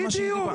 זה מה --- בדיוק.